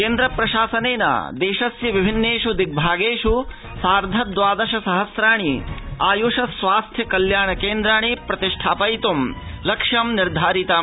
केन्द्र प्रशासनेन देशस्य विभिन्नेष् दिग्भागेष् सार्ध द्वादश सहस्राणि आयष स्वास्थ्य कल्याण केन्द्राणि प्रतिष्ठापयितुं लक्ष्यं निर्धारितम्